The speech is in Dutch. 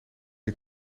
die